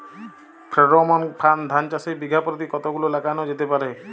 Pheromone ফাঁদ ধান চাষে বিঘা পতি কতগুলো লাগানো যেতে পারে?